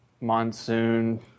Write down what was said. monsoon